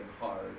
hard